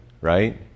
right